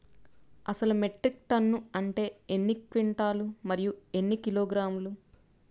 అసలు metric tonne అంటే ఎన్ని క్వింటాలు మరియు ఎన్ని కిలోగ్రాములు?